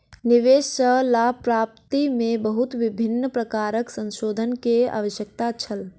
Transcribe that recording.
निवेश सॅ लाभ प्राप्ति में बहुत विभिन्न प्रकारक संशोधन के आवश्यकता छल